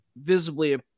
visibly